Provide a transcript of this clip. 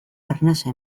arnasa